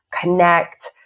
connect